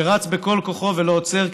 שרץ בכל כוחו ולא עוצר,